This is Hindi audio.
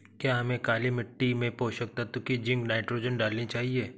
क्या हमें काली मिट्टी में पोषक तत्व की जिंक नाइट्रोजन डालनी चाहिए?